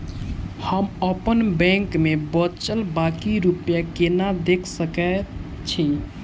हम अप्पन बैंक मे बचल बाकी रुपया केना देख सकय छी?